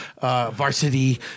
Varsity